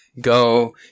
Go